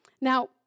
Now